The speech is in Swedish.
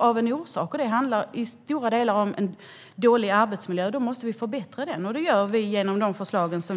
av en orsak. Det handlar i stora delar om en dålig arbetsmiljö, och då måste vi förbättra den. Det gör vi genom de förslag vi har.